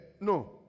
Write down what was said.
No